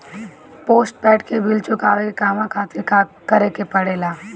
Postpaid के bill चुकावे के कहवा खातिर का करे के पड़ें ला?